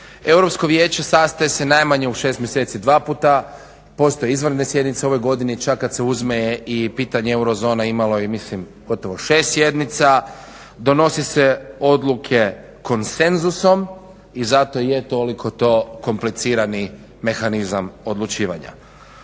Europsko vijeće sastaje se najmanje u šest mjeseci dva puta. Postoje izvanredne sjednice u ovoj godini, čak kad se uzme i pitanje euro zona imalo je mislim gotovo šest sjednica, donosi se odluke konsenzusom i zato je toliko to komplicirano mehanizam odlučivanja.